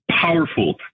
powerful